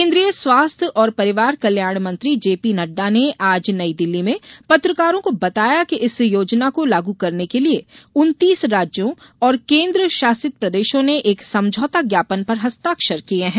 केन्द्रीय स्वास्थ्य और परिवार कल्याण मंत्री जेपी नड्डा ने आज नई दिल्ली में पत्रकारों को बताया कि इस योजना को लागू करने के लिये उन्तीस राज्यों और केन्द्र शासित प्रदेशों ने एक समझौता ज्ञापन पर हस्ताक्षर किये हैं